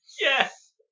Yes